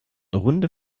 runde